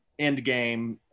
Endgame